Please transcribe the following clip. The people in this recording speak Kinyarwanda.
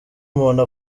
umuntu